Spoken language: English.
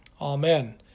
Amen